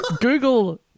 Google